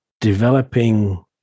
developing